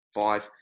Five